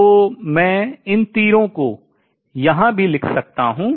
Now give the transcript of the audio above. तो मैं इन तीरों को यहाँ भी लिख सकता हूँ